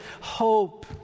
hope